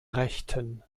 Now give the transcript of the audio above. rechten